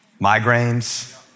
migraines